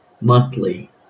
monthly